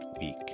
week